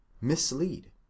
mislead